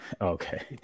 Okay